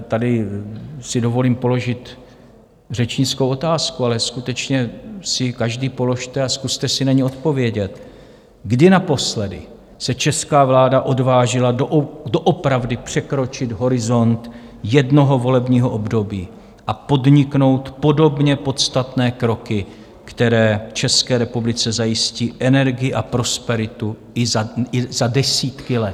Tady si dovolím položit řečnickou otázku, ale skutečně si ji každý položte a zkuste si na ni odpovědět: Kdy naposledy se česká vláda odvážila doopravdy překročit horizont jednoho volebního období a podniknout podobně podstatné kroky, které České republice zajistí energii a prosperitu i za desítky let?